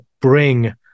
bring